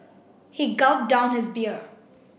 he gulped down his beer